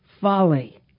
folly